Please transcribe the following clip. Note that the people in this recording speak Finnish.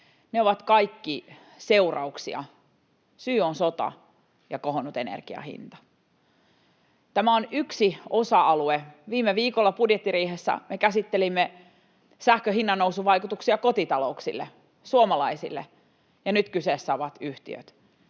ovat kaikki seurauksia — sota ja kohonnut energiahinta ovat syitä. Tämä on yksi osa-alue. Viime viikolla budjettiriihessä me käsittelimme sähkön hinnannousun vaikutuksia kotitalouksille, suomalaisille, ja nyt kyseessä ovat yhtiöt.